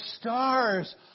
stars